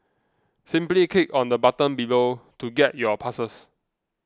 simply click on the button below to get your passes